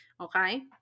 Okay